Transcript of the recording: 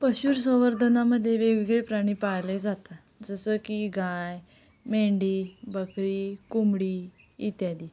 पशुसंवर्धनामध्ये वेगवेगळे प्राणी पाळले जातात जसं की गाय मेंढी बकरी कोंबडी इत्यादी